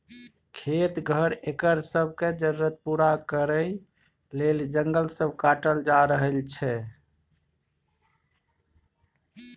खेत, घर, एकर सब के जरूरत पूरा करइ लेल जंगल सब काटल जा रहल छै